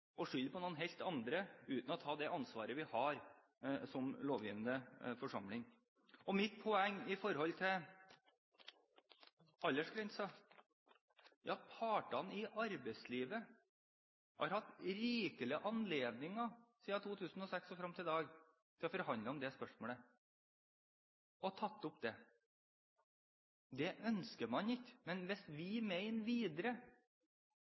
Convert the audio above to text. skylde på noen helt andre, uten å ta det ansvaret vi har som lovgivende forsamling. Mitt poeng når det gjelder aldersgrensen: Partene i arbeidslivet har hatt rikelig med anledninger fra 2006 og frem til i dag til å forhandle om det spørsmålet og ta det opp. Det ønsker man ikke. Men hvis vi videre